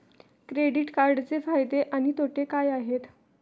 Credit कार्डचे फायदे आणि तोटे काय आहेत?